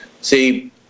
See